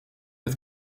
het